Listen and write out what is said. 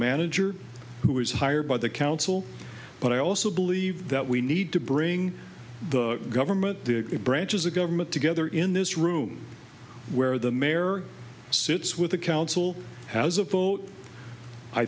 manager who was hired by the council but i also believe that we need to bring the government the branches of government together in this room where the mayor sits with a council house a vote i